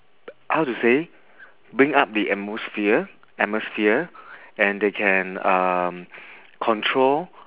how to say bring up the atmosphere atmosphere and they can um control